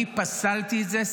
אני פסלתי את זה,